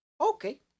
okay